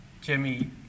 Jimmy